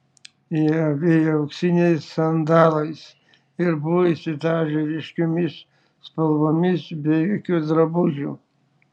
jie avėjo auksiniais sandalais ir buvo išsidažę ryškiomis spalvomis be jokių drabužių